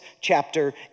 chapter